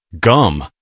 gum